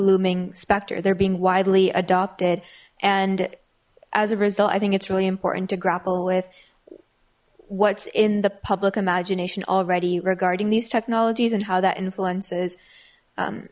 looming specter they're being widely adopted and as a result i think it's really important to grapple with what's in the public imagination already regarding these technologies and how that influences